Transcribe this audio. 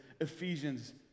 Ephesians